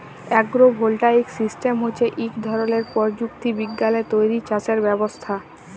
agro voltaic system হছে ইক ধরলের পরযুক্তি বিজ্ঞালে তৈরি চাষের ব্যবস্থা